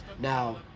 now